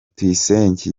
tuyisenge